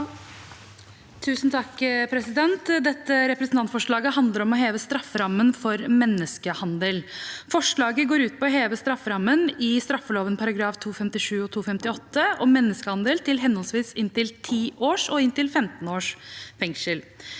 for sa- ken): Dette representantforslaget handler om å heve strafferammen for menneskehandel. Forslaget går ut på å heve strafferammen i straffeloven §§ 257 og 258 om menneskehandel til henholdsvis inntil 10 års og inntil 15 års fengsel.